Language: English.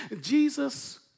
Jesus